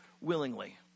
willingly